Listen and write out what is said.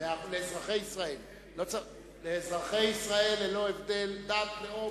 לאזרחי ישראל, ללא הבדל דת, לאום,